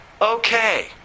okay